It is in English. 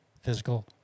physical